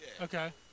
Okay